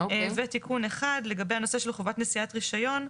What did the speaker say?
ותיקון אחד לגבי הנושא של חובת נשיאת רישיון.